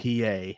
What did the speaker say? PA